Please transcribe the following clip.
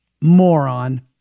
moron